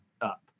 up